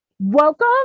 Welcome